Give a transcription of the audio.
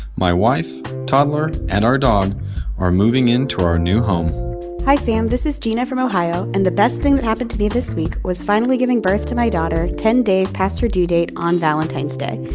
my wife, toddler and our dog are moving into our new home sam. this is gina from ohio. and the best thing that happened to me this week was finally giving birth to my daughter ten days past her due date on valentine's day.